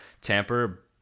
tamper